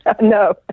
No